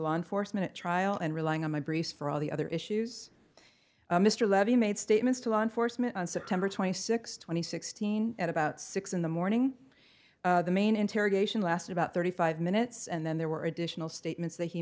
law enforcement trial and relying on my briefs for all the other issues mr levy made statements to law enforcement on september twenty sixth twenty sixteen at about six in the morning the main interrogation lasted about thirty five minutes and then there were additional statements that he